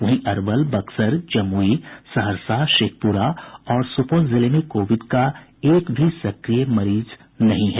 वहीं अरवल बक्सर जमुई सहरसा शेखपुरा और सुपौल जिले में कोविड का एक भी सक्रिय मरीज नहीं है